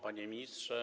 Panie Ministrze!